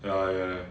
ya ya